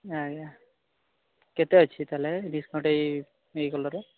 ଆଜ୍ଞା କେତେ ଅଛି ତା'ହେଲେ ଡିସ୍କାଉଣ୍ଟ୍ ଏଇ ଇଏ କଲର୍ରେ